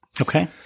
Okay